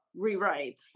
rewrites